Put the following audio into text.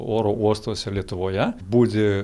oro uostuose lietuvoje budi